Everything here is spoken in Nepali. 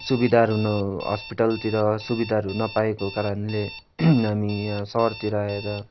सुविधाहरू न हस्पिटलतिर सुविधाहरू नपाएको कारणले हामी यहाँ सहरतिर आएर